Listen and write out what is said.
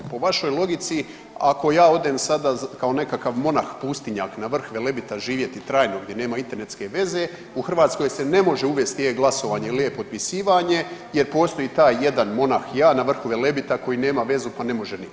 Po vašoj logici ako ja odem sada kao nekakav monah, pustinjak na vrh Velebita živjeti trajno gdje nema internetske veze, u Hrvatskoj se ne može uvesti e-glasovanje ili e-potpisivanje jer postoji taj jedan monah, ja na vrhu Velebita koji nema vezu, pa ne može nitko.